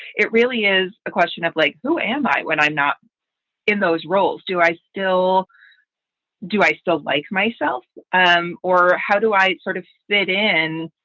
it really is a question of like, who am i when i'm not in those roles? do i still do i still like myself or how do i sort of fit in?